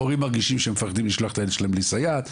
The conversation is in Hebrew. הורים מרגישים שהם מפחדים לשלוח את הילד שלהם בלי סייעת,